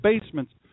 basements